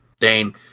Dane